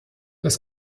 das